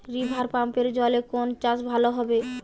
রিভারপাম্পের জলে কোন চাষ ভালো হবে?